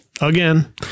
again